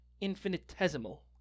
Infinitesimal